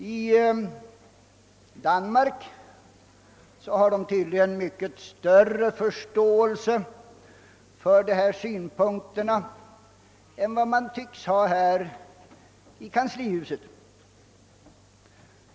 I Danmark finns tydligen större förståelse för synpunkter som dessa än i vårt kanslihus.